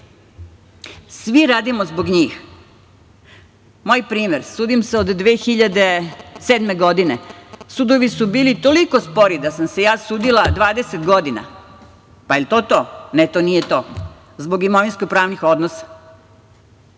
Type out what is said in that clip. svi radimo zbog njih. Moj primer, sudim se od 2007. godine. Sudovi su bili toliko spori da sam se ja sudila 20 godina. Pa jel to to? Ne to nije to. Zbog imovinsko-pravnih odnosa.